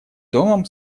домом